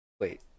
wait